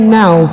now